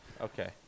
Okay